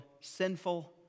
sinful